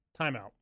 timeout